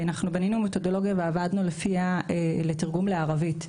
בנינו מתודולוגיה ועבדנו לפיה בתרגום לערבית,